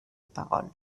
parole